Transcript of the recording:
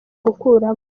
gukuramo